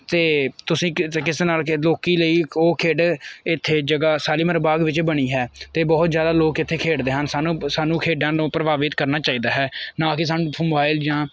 ਅਤੇ ਤੁਸੀਂ ਕ ਕਿਸੇ ਨਾਲ ਲੋਕ ਲਈ ਉਹ ਖੇਡ ਇੱਥੇ ਜਗ੍ਹਾ ਸ਼ਾਲੀਮਰ ਬਾਗ ਵਿੱਚ ਬਣੀ ਹੈ ਅਤੇ ਬਹੁਤ ਜ਼ਿਆਦਾ ਲੋਕ ਇੱਥੇ ਖੇਡਦੇ ਹਨ ਸਾਨੂੰ ਸਾਨੂੰ ਖੇਡਾਂ ਨੂੰ ਪ੍ਰਭਾਵਿਤ ਕਰਨਾ ਚਾਹੀਦਾ ਹੈ ਨਾ ਕਿ ਸਾਨੂੰ ਮੋਬਾਇਲ ਜਾਂ